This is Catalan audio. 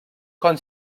com